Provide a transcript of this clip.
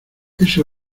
ese